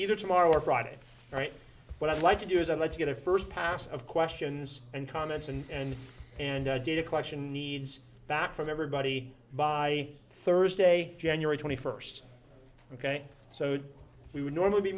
either tomorrow or friday right what i'd like to do is i'd like to get a first pass of questions and comments and and did a question needs back from everybody by thursday january twenty first ok so we would normally be